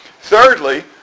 Thirdly